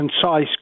concise